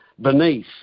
beneath